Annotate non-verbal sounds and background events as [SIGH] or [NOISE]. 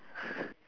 [BREATH]